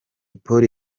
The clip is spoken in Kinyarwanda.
polly